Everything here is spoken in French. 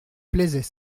plaisaient